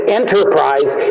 enterprise